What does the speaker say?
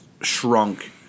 shrunk